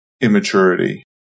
immaturity